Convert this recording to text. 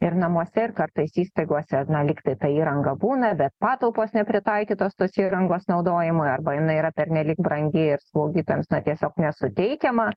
ir namuose ir kartais įstaigose na lyg tai ta įranga būna bet patalpos nepritaikytos tos įrangos naudojimui arba jinai yra pernelyg brangi ir slaugytojams tiesiog nesuteikiama